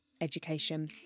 education